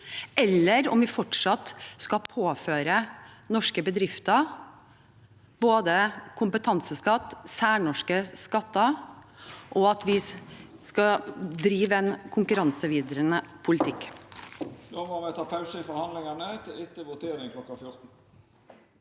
eller om vi fortsatt skal påføre norske bedrifter både kompetanseskatt og særnorske skatter og drive en konkurransevridende politikk.